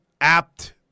apt